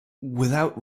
without